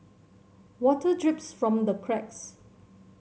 water drips from the cracks